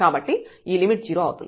కాబట్టి ఈ లిమిట్ 0 అవుతుంది